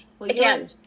Again